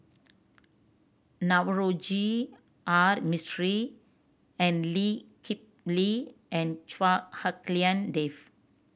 Navroji R Mistri and Lee Kip Lee and Chua Hak Lien Dave